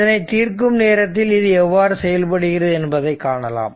இதனை தீர்க்கும் நேரத்தில் இது எவ்வாறு செயல்படுகிறது என்பதை காணலாம்